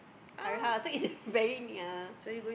current house so is it very near